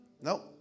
Nope